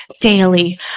daily